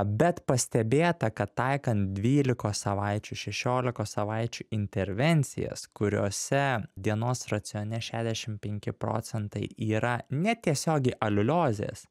bet pastebėta kad taikant dvylikos savaičių šešiolikos savaičių intervencijas kuriose dienos racione šešiasdešim penki procentai yra netiesiogiai aliuliozės